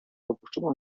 opuszczoną